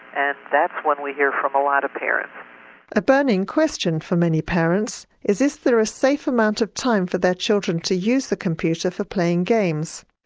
and that's when we hear from a lot of parents. a burning question for many parents is is there a safe amount of time for their children to use the computer for playing games?